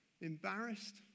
embarrassed